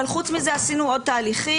אבל חוץ מזה עשינו עוד תהליכים,